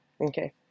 okay